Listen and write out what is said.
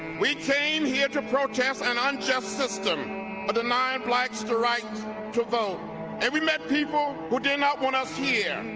we came here to protest an unjust system that ah denied blacks the right to vote and we met people who did not want us here.